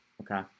Okay